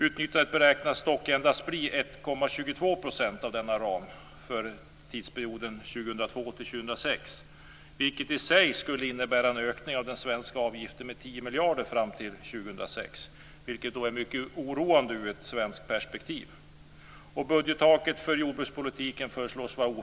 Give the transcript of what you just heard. Utnyttjandet beräknas dock endast bli 1,22 % av denna ram för tidsperioden 2002-2006, vilket i sig skulle innebära en ökning av den svenska avgiften med 10 miljarder fram till 2006. Det är mycket oroande ur ett svenskt perspektiv.